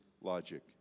logic